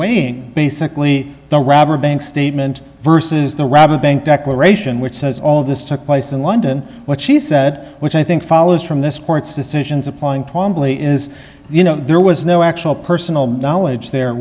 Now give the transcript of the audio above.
waiting basically the robber bank statement versus the rob a bank declaration which says all of this took place in london what she said which i think follows from this court's decisions applying promptly is you know there was no actual personal knowledge there